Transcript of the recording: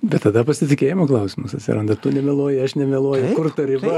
bet tada pasitikėjimo klausimas atsiranda tu nemeluoji aš nemeluoju kur ta riba